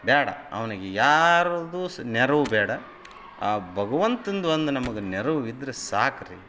ಬೇಡ ಅವ್ನಿಗೆ ಯಾರದ್ದೂ ಸ್ ನೆರವು ಬೇಡ ಆ ಭಗವಂತಂದು ಒಂದು ನಮಗೆ ನೆರವು ಇದ್ರೆ ಸಾಕು ರೀ